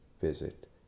visit